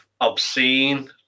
obscene